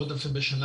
מאות אלפים בשנה,